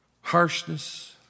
harshness